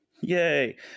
Yay